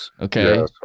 Okay